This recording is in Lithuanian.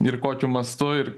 ir kokiu mastu ir